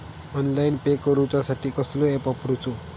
Online pay करूचा साठी कसलो ऍप वापरूचो?